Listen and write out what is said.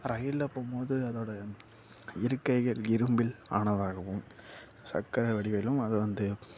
ரெயிலில் போகும் போது அதோடய இருக்கைகள் இரும்பில் ஆனதாகவும் சக்கரம் வடிவிலும் அது வந்து